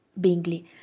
Bingley